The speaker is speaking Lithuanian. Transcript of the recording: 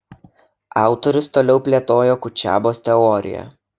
autorius toliau plėtojo kutšebos teoriją